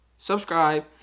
subscribe